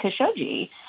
Khashoggi